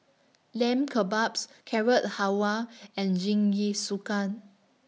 Lamb Kebabs Carrot Halwa and Jingisukan